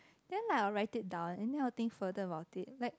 then I'll write it down and then I'll think further about it like